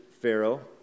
Pharaoh